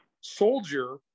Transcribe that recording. soldier